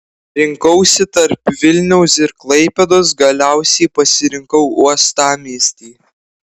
rinkausi tarp vilniaus ir klaipėdos galiausiai pasirinkau uostamiestį